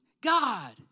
God